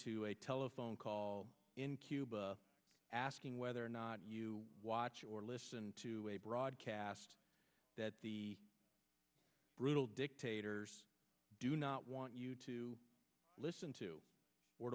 to a telephone call in cuba asking whether or not you watch or listen to a broadcast that the brutal dictator do not want you to listen to or